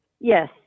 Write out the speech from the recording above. yes